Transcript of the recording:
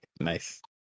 Nice